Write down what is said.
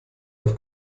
auf